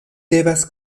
devas